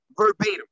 verbatim